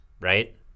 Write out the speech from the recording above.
right